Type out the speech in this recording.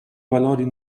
valori